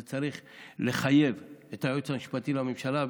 זה צריך לחייב את היועץ המשפטי לממשלה,